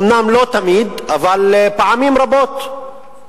אומנם לא תמיד אבל פעמים רבות,